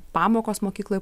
pamokos mokykloj